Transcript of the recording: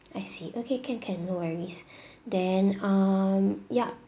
I see okay can can no worries then um yup